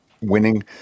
winning